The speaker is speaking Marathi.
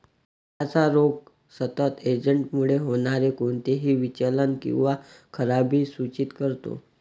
झाडाचा रोग सतत एजंटमुळे होणारे कोणतेही विचलन किंवा खराबी सूचित करतो